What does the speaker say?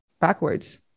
backwards